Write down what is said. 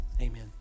Amen